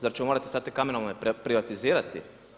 Zar ćemo morati sad te kamenolome privatizirati?